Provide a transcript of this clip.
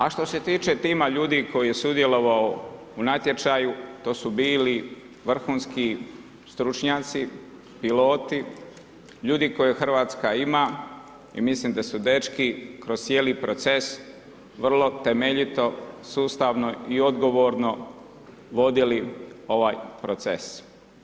A što se tiče tima ljudi koji je sudjelovao u natječaju to su bili vrhunski stručnjaci, piloti, ljudi koje Hrvatska ima i mislim da su dečki kroz cijeli proces vrlo temeljito, sustavno i odgovorno vodili ovaj proces.